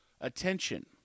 attention